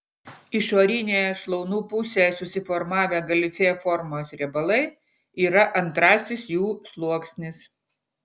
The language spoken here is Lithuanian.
išorinėje šlaunų pusėje susiformavę galifė formos riebalai yra antrasis jų sluoksnis